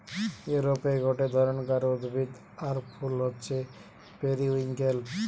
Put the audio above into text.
ইউরোপে গটে ধরণকার উদ্ভিদ আর ফুল হচ্ছে পেরিউইঙ্কেল